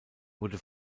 wurde